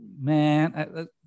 man